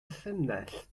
llinell